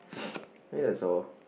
I think that's all